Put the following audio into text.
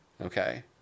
okay